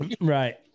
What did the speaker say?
Right